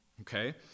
Okay